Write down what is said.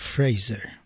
Fraser